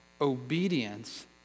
obedience